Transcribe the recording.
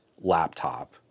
laptop